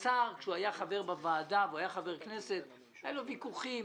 כאשר השר וקנין היה חבר בוועדה והוא היה חבר כנסת היו לו ויכוחים